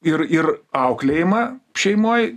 ir ir auklėjimą šeimoj